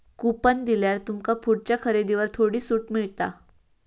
coupon दिल्यार तुमका पुढच्या खरेदीवर थोडी सूट मिळात